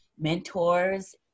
mentors